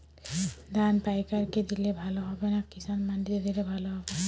ধান পাইকার কে দিলে ভালো হবে না কিষান মন্ডিতে দিলে ভালো হবে?